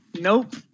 Nope